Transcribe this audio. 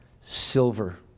silver